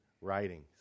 writings